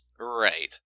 Right